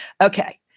Okay